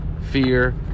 fear